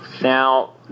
Now